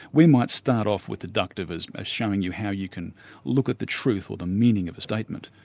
we might start off with deductive as as showing you how you can look at the truth or the meaning of a statement,